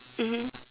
mmhmm